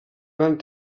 gran